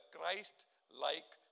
Christ-like